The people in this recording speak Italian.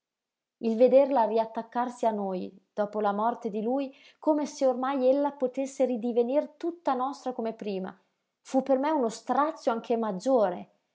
il vederla riattaccarsi a noi dopo la morte di lui come se ormai ella potesse ridivenir tutta nostra come prima fu per me uno strazio anche maggiore